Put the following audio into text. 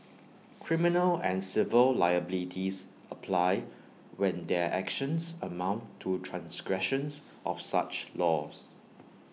criminal and civil liabilities apply when their actions amount to transgressions of such laws